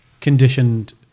conditioned